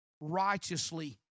righteously